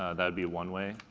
ah that would be one way.